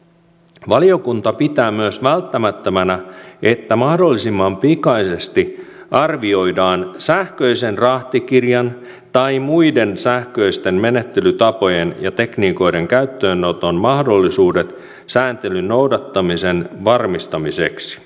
valiokunta pitää myös välttämättömänä että mahdollisimman pikaisesti arvioidaan sähköisen rahtikirjan tai muiden sähköisten menettelytapojen ja tekniikoiden käyttöönoton mahdollisuudet sääntelyn noudattamisen varmistamiseksi